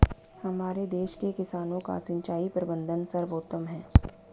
हमारे देश के किसानों का सिंचाई प्रबंधन सर्वोत्तम है